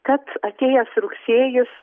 kad atėjęs rugsėjis